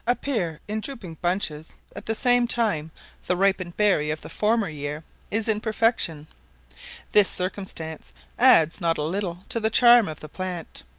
appear in drooping bunches at the same time the ripened berry of the former year is in perfection this circumstance adds not a little to the charm of the plant.